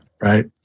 Right